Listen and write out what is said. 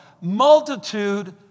multitude